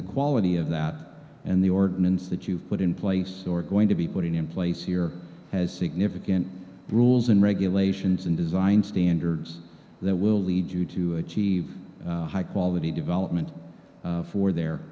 the quality of that and the ordinance that you put in place or going to be putting in place here has significant rules and regulations and design standards that will lead you to achieve high quality development for the